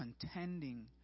contending